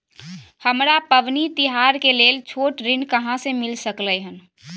हमरा पबनी तिहार के लेल छोट ऋण कहाँ से मिल सकलय हन?